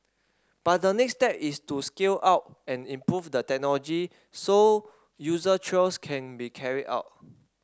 but the next step is to scale up and improve the technology so user trials can be carried out